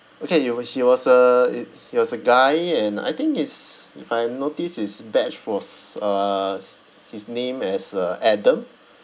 okay he were he was a it he was a guy and I think it's if I'm noticed his badge was uh s~ his name is uh adam